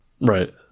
right